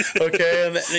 Okay